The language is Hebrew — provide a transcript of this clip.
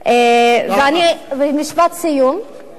ומשפט סיום,